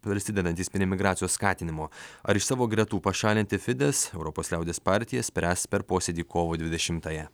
prisidedantys prie emigracijos skatinimo ar iš savo gretų pašalinti fides europos liaudies partija spręs per posėdį kovo dvidešimtąją